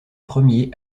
premier